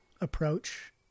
approach